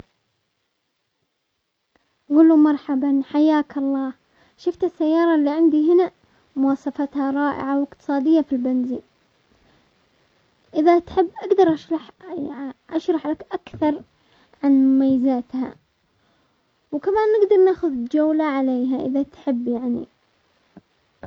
اقوله مرحبا حياك الله، شفت السيارة اللي عندي هنا؟ مواصفاتها رائعة واقتصادية في البنزين، اذا تحب اقدر اشرح-اشرح لك اكثر عن مميزاتها، وكمان نقدر جولة عليها، اذا تحب يعني.